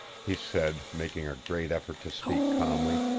he said, making a great effort to speak calmly,